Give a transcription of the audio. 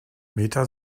meta